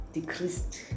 Decreased